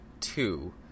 two